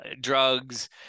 drugs